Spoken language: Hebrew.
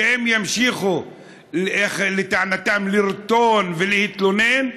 שאם ימשיכו לרטון ולהתלונן,